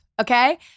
okay